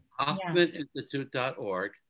Hoffmaninstitute.org